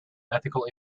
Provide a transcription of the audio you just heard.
ethical